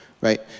right